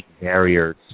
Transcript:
barriers